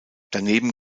daneben